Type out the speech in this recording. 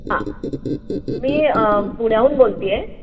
हां मी पुण्याहून बोलते आहे